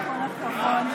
בבקשה.